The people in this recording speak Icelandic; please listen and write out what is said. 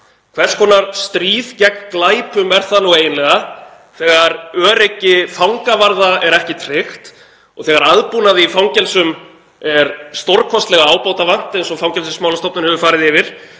Hvers konar stríð gegn glæpum er það nú eiginlega þegar öryggi fangavarða er ekki tryggt og þegar aðbúnaði í fangelsum er stórkostlega ábótavant, eins og Fangelsismálastofnun hefur farið yfir,